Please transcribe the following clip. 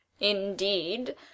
indeed